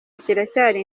kiracyari